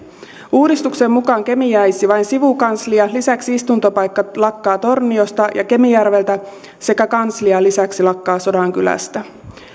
uudistuksen mukaan kemiin jäisi vain sivukanslia lisäksi istuntopaikka lakkaa torniosta ja kemijärveltä sekä lisäksi kanslia lakkaa sodankylästä